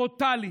ברוטלית,